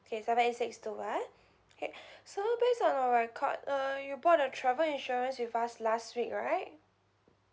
K seven eight six two ah okay so based on our record uh you bought a travel insurance with us last week right